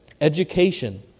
education